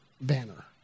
banner